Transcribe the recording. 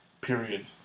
period